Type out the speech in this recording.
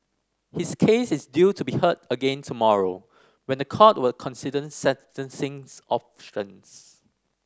his case is due to be heard again tomorrow when the court will consider sentencing options